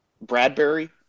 Bradbury